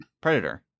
predator